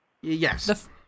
Yes